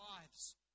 lives